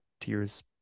tears